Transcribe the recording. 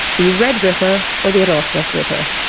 the red ripper, or the rostov ripper.